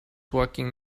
working